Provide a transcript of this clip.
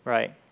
Right